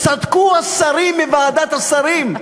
צדקו השרים מוועדת השרים,